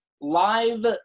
live